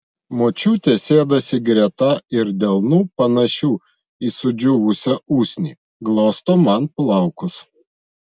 močiutė sėdasi greta ir delnu panašiu į sudžiūvusią usnį glosto man plaukus